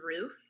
roof